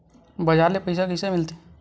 बजार ले पईसा कइसे मिलथे?